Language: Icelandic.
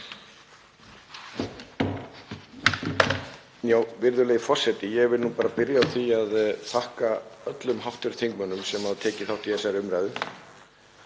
Virðulegi forseti. Ég vil bara byrja á því að þakka öllum hv. þingmönnum sem hafa tekið þátt í þessari umræðu.